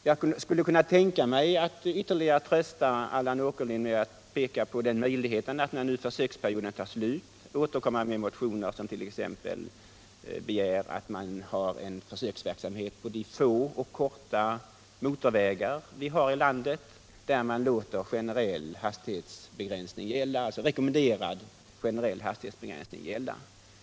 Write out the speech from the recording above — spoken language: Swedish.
Jag skulle kunna tänka mig att ytterligare trösta Allan Åkerlind med att peka på möjligheten, när nu försöksperioden tar slut, att återkomma » med motioner i vilka man t.ex. begär en försöksverksamhet med rekommenderad, generell hastighetsbegränsning på de få och korta motorvägar som finns i landet.